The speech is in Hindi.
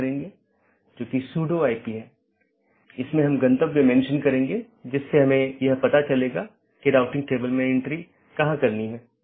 प्रत्येक AS के पास इष्टतम पथ खोजने का अपना तरीका है जो पथ विशेषताओं पर आधारित है